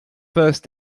first